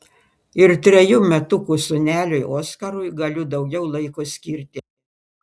ir trejų metukų sūneliui oskarui galiu daugiau laiko skirti